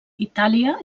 itàlia